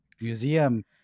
Museum